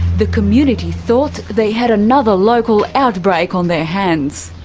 the community thought they had another local outbreak on their hands.